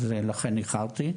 אז לכן איחרתי.